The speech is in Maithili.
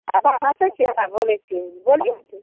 आधा हँसै छियै आधा बोलैत छियै बोलिऔ ने